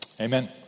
Amen